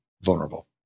vulnerable